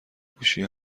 گوشی